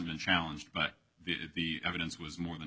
been challenged but the evidence was more than